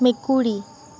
মেকুৰী